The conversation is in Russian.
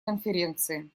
конференции